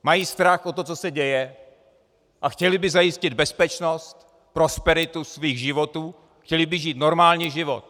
Mají strach o to, co se děje, a chtěli by zajistit bezpečnost, prosperitu svých životů, chtěli by žít normální život.